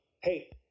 hey